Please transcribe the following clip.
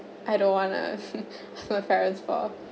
I don't want lah my parents fault